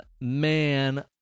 man